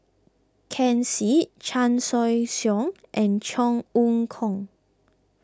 Ken Seet Chan Choy Siong and Cheong Kong